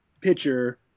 pitcher